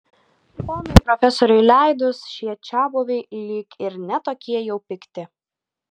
ponui profesoriui leidus šie čiabuviai lyg ir ne tokie jau pikti